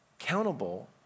accountable